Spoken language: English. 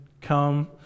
come